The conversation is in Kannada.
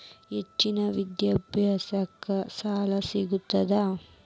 ಹೆಚ್ಚಿನ ವಿದ್ಯಾಭ್ಯಾಸಕ್ಕ ಸಾಲಾ ಸಿಗ್ತದಾ?